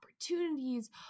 opportunities